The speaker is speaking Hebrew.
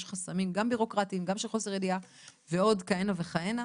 יש חסמים גם בירוקרטיים וגם של חוסר ידיעה ועוד כהנה וכהנה.